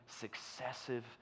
successive